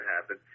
happen